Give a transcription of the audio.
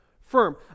firm